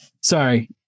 sorry